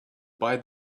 buy